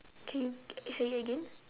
can say it again